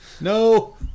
No